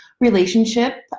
relationship